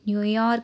New York